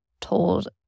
told